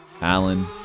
Alan